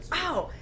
oh.